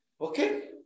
Okay